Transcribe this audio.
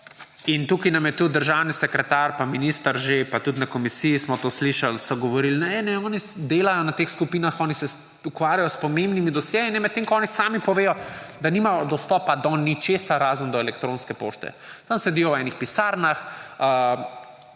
In tukaj sta nam tudi državni sekretar pa minister že, pa tudi na komisiji smo to slišali, govorila – Ne, ne, oni delajo na teh skupinah, oni se ukvarjajo s pomembnimi dosjeji; medtem ko oni sami povedo, da nimajo dostopa do ničesar, razen do elektronske pošte. Tam sedijo v enih pisarnah,